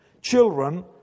children